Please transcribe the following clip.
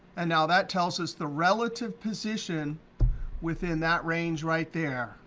and now that tells us the relative position within that range right there.